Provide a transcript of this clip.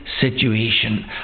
situation